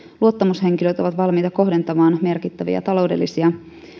luottamushenkilöt ovat valmiita kohdentamaan merkittäviä taloudellisia